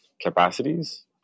capacities